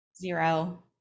zero